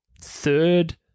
third